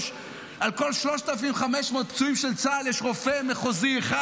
על כל 3,500 פצועים של צה"ל יש רופא מחוזי אחד.